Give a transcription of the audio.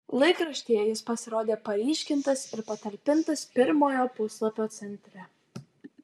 laikraštyje jis pasirodė paryškintas ir patalpintas pirmojo puslapio centre